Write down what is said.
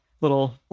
little